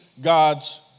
God's